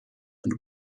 and